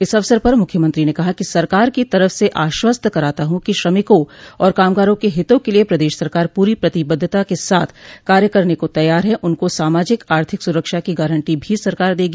इस अवसर पर मुख्यमंत्री ने कहा कि सरकार की तरफ से आश्वस्त कराता हूं कि श्रमिकों और कामगारों के हितों के लिये प्रदेश सरकार पूरी प्रतिबद्वता के साथ कार्य करने को तैयार है उनको सामाजिक आर्थिक सुरक्षा की गारंटी भी सरकार देगी